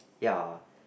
ya